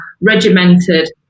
regimented